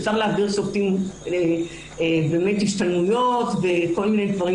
אפשר להעביר שופטים השתלמויות וכל מיני דברים